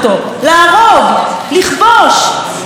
ולידו השר האחראי לנושא,